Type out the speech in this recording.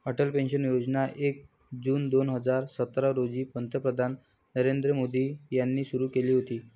Atal pension योजना एक जून दोन हजार सतरा रोजी पंतप्रधान नरेंद्र मोदी यांनी सुरू केली होती